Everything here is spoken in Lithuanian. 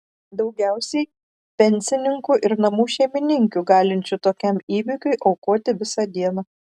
daugiausiai pensininkų ir namų šeimininkių galinčių tokiam įvykiui aukoti visą dieną